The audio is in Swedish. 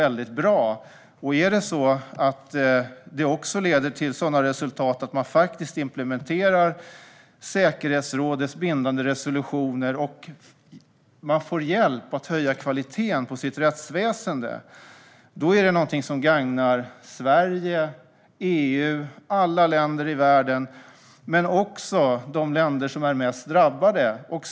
Om vi kan hjälpa Irak är det alltså väldigt bra, och om det också leder till sådana resultat att man implementerar säkerhetsrådets bindande resolutioner och får hjälp att höja kvaliteten på sitt rättsväsen är det någonting som gagnar Sverige, EU och alla länder i världen men också de länder som är mest drabbade.